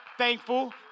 thankful